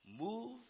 move